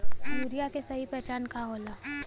Urea के सही पहचान का होला?